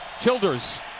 Childers